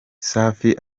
safi